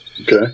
Okay